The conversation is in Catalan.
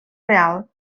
real